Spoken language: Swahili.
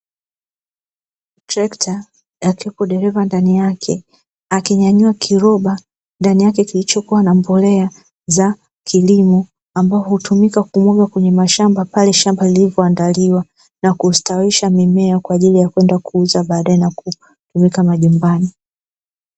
Trekta, akiwepo dereva ndani yake akinyanyua kiroba ndani yake kilichokua na mbolea za kilimo ambacho hutumika kumwagwa kwenye mashamba pale shamba lilipoandaliwa, na kustawisha mimea kwa ajili ya kwenda kuuza baadaye na kupeleka majumbani.